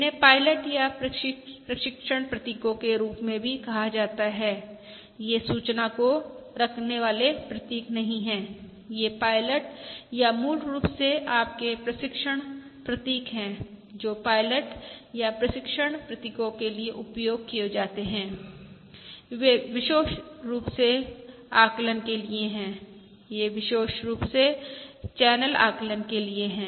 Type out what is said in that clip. इन्हें पायलट या प्रशिक्षण प्रतीकों के रूप में कहा जाता है ये सूचना को रखने वाले प्रतीक नहीं हैं ये पायलट या मूल रूप से आपके प्रशिक्षण प्रतीक हैं जो पायलट या प्रशिक्षण प्रतीकों के लिए उपयोग किए जाते हैं ये विशेष रूप से आकलन के लिए हैं ये विशेष रूप से चैनल आकलन के लिए हैं